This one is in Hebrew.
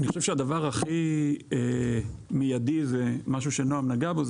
אני חושב שהדבר הכי מידי זה משהו שנועם נגע בו,